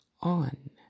on